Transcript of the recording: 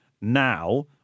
now